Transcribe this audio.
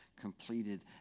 Completed